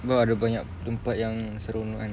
sebab ada banyak tempat yang seronok kan